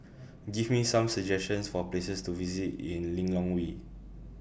Give Me Some suggestions For Places to visit in Lilongwe